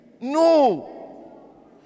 no